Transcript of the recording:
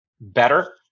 better